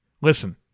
Listen